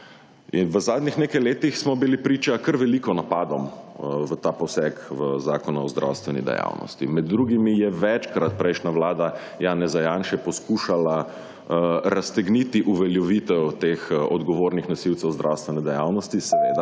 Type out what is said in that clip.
v zadnjih nekaj letih smo bili priča kar veliko napadom za ta poseg v Zakonu o zdravstveni dejavnosti. Med drugimi je večkrat prejšnja Vlada Janeza Janše poskušala raztegniti uveljavitev teh odgovornih nosilcev zdravstvene dejavnosti, seveda,